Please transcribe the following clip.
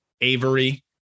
Avery